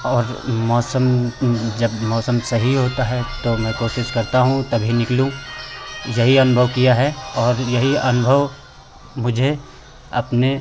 और मौसम जब मौसम सही होता है तो मैं कोशिश करता हूँ तभी निकलूँ यही अनुभव किया है और यही अनुभव मुझे अपने